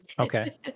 Okay